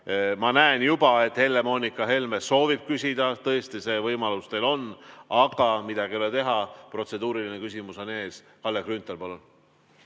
Ma näen juba, et Helle-Moonika Helme soovib küsida. Tõesti, see võimalus teil on, aga midagi ei ole teha, protseduuriline küsimus on ees. Kalle Grünthal, palun!